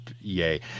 yay